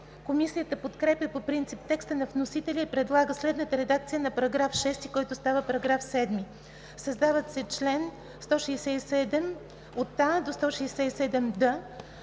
Комисията подкрепя по принцип текста на вносителя и предлага следната редакция на § 6, който става § 7: § 7. Създават се чл. 167а – 167д: